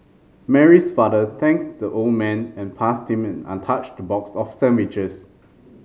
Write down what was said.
Mary's father thanked the old man and passed him an untouched box of sandwiches